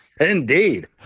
Indeed